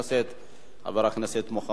חבר הכנסת מוחמד ברכה.